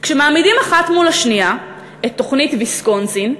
כשמעמידים אחת מול השנייה את תוכנית ויסקונסין,